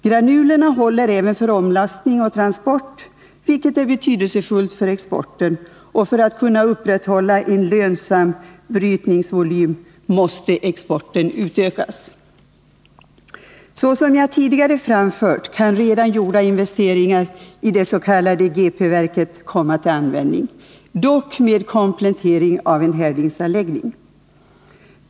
Granulerna håller även för omlastning och transport, vilket är betydelsefullt för exporten. Och för att kunna upprätthålla en lönsam brytningsvolym måste exporten utökas. Såsom jag tidigare framfört kan redan gjorda investeringar i det s.k. G.P.-verket komma till användning, dock med komplettering av en härdningsanläggning.